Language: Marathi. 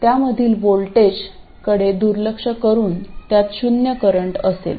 त्यामधील व्होल्टेजकडे दुर्लक्ष करून त्यात शून्य करंट असेल